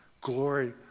glory